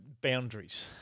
Boundaries